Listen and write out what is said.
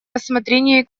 рассмотрении